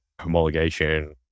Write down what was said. homologation